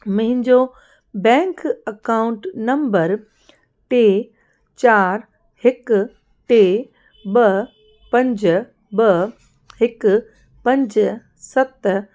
मुंहिंजो bank account number टे चारि हिकु टे ॿ पंज ॿ हिकु पंज सत